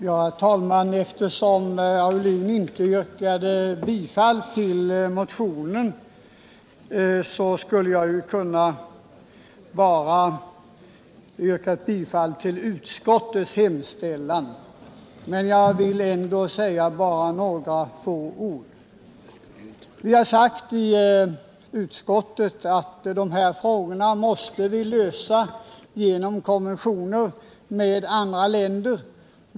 Herr talman! Eftersom Olle Aulin inte yrkade bifall till sin motion, skulle jag inte ens behöva yrka bifall till utskottets hemställan. Låt mig ändå säga några få ord i detta ärende. Vi har i utskottet menat att dessa frågor måste lösas genom konventioner med andra länder.